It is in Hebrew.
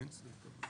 סעיף הבא.